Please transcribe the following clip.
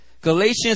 Galatians